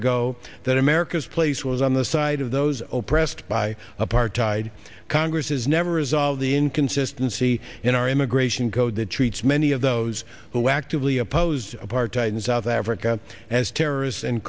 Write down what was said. ago that america's place was on the side of those zero pressed by apartheid congress has never resolved the inconsistency in our immigration code that treats many of those who actively oppose apartheid in south africa as terrorists and